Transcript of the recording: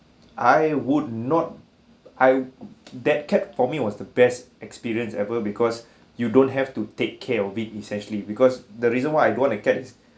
I would not I that kept for me was the best experience ever because you don't have to take care of it essentially because the reason why I don't want a cats